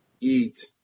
eat